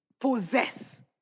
Possess